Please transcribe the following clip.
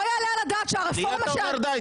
לא יעלה על הדעת שהרפורמה --- אתה אומר לי די?